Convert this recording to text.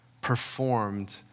performed